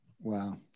Wow